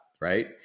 right